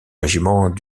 régiment